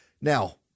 Now